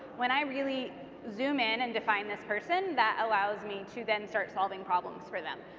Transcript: when i really zoom in and define this person, that allows me to then start solving problems for them.